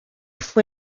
fue